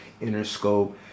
Interscope